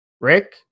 Rick